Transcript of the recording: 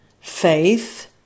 faith